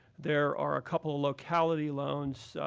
there are a couple of locality loans.